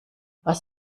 was